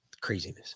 craziness